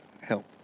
help